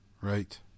Right